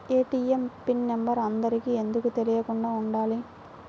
ATM pin number అందరికి ఎందుకు తెలియకుండా ఉండాలి?